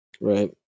Right